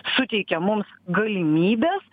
suteikia mums galimybes